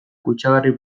kutsagarri